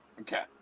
Okay